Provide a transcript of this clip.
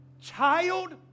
child